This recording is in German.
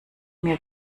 mir